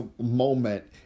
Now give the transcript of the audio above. moment